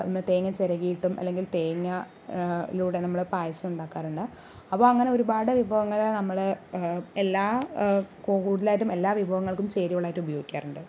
അതിന്മേൽ തേങ്ങ ചിരകി ഇട്ടും അല്ലെങ്കിൽ തേങ്ങ യിലൂടെ നമ്മൾ പായസം ഉണ്ടാക്കാറുണ്ട് അപ്പോൾ അങ്ങനെ ഒരുപാട് വിഭവങ്ങൾ നമ്മൾ എല്ലാ കൂടുതലായിട്ടും എല്ലാ വിഭവങ്ങൾക്കും ചേരുവകളായിട്ട് ഉപയോഗിക്കാറുണ്ട്